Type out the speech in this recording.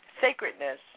sacredness